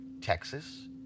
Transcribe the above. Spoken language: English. Texas